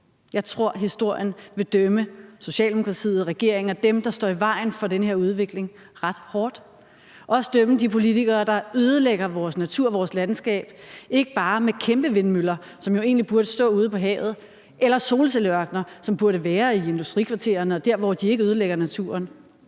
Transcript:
Jeg tror, historien vil dømme Socialdemokratiet og regeringen og dem, der står i vejen for den her udvikling, ret hårdt. De vil også dømme de politikere, der ødelægger vores natur og vores landskab, ikke bare med kæmpevindmøller, som jo egentlig burde stå ude på havet, eller solcelleørkener, som burde være i industrikvartererne og dér, hvor de ikke ødelægger naturen.